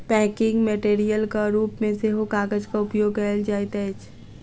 packing मेटेरियलक रूप मे सेहो कागजक उपयोग कयल जाइत अछि